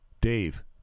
Dave